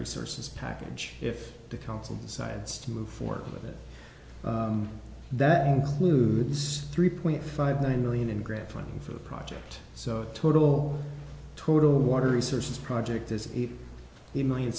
resources package if the council decides to move forward with it that includes three point five nine million in grant funding for the project so total total water research project is a million